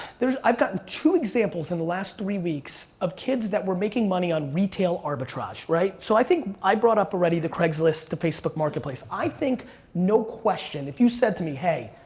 i've gotten two examples in the last three weeks of kids that were making money on retail arbitrage, right. so i think, i brought up already the craigslist to facebook marketplace. i think no question, if you said to me hey,